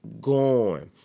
gone